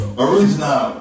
original